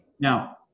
Now